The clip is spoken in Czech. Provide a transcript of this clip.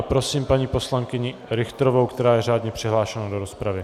Prosím paní poslankyni Richterovou, která je řádně přihlášena do rozpravy.